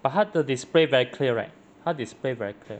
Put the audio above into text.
but 它的 display very clear right 它的 display very clear